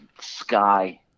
sky